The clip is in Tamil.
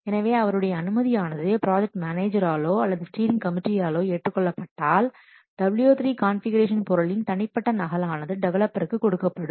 எனவே அவருடைய அனுமதி ஆனது ப்ராஜெக்ட் மேனேஜராலோ அல்லது ஸ்டீரிங் கமிட்டியினாலோ ஏற்றுக் கொள்ளப்பட்டால் W3 கான்ஃபிகுரேஷன் பொருளின் தனிப்பட்ட நகல் ஆனது டெவலப்பருக்கு கொடுக்கப்படும்